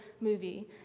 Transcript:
movie